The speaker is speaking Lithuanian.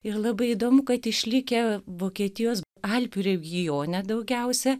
ir labai įdomu kad išlikę vokietijos alpių regione daugiausiai